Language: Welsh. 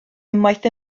unwaith